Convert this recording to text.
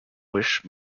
wish